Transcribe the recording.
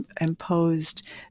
imposed